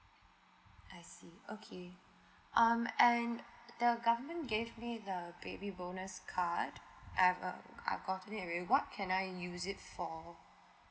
I see okay um and the government gave me the baby bonus card I've uh I gotten it already what can I use it for